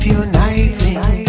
uniting